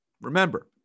Remember